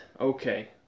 Okay